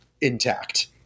intact